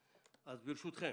ברשותכם,